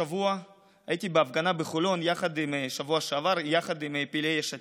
בשבוע שעבר הייתי בהפגנה בחולון יחד עם פעילי יש עתיד.